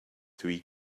three